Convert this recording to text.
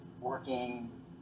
working